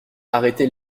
arrêter